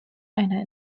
einer